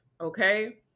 okay